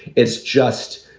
it's just,